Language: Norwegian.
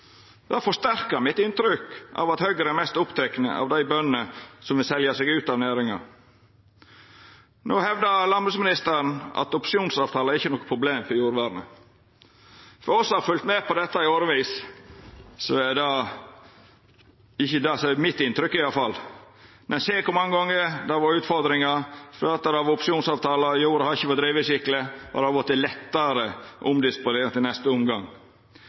Det forsterkar inntrykket mitt av at Høgre er mest oppteke av dei bøndene som vil selja seg ut av næringa. Landbruksministeren hevda at opsjonsavtalar ikkje er noko problem for jordvernet. For oss som har følgt med på dette i årevis, er det ikkje det som er inntrykket mitt, i alle fall. Me ser kor mange gonger det har vore utfordringar fordi det har vore opsjonsavtalar: Jorda har ikkje vorte driven skikkeleg, og det har vorte lettare å omdisponera ho i neste omgang.